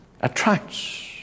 attracts